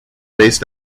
based